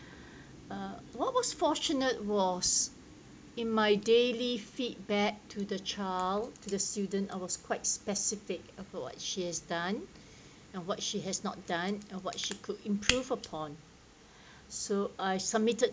uh what was fortunate was in my daily feedback to the child to the student I was quite specific about what she has done and what she has not done what she could improve upon so I submitted